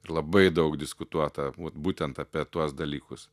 ir labai daug diskutuota būtent apie tuos dalykus